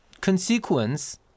consequence